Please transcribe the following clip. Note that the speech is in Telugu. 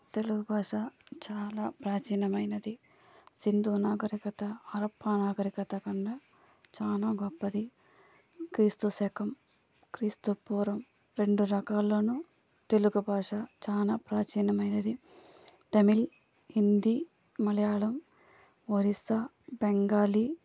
తెలుగు భాష చాలా ప్రాచీనమైనది సింధు నాగరికత హరప్ప నాగరికత కన్నా చాలా గొప్పది క్రీస్తుశకం క్రీస్తుపూర్వం రెండు రకాలను తెలుగు భాష చాలా ప్రాచీనమైనది తమిళ్ హిందీ మలయాళం ఒరిస్సా బెంగాలీ